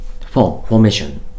formation